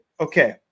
okay